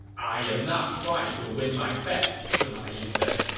i am not trying to win my bet, sima yi said.